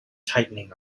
tightening